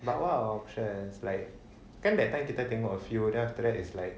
but what options like kan that time kita tengok a few then after that is like